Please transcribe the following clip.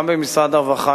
גם במשרד הרווחה,